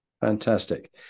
Fantastic